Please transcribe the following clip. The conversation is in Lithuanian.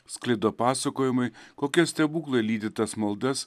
sklido pasakojimai kokie stebuklai lydi tas maldas